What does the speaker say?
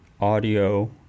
audio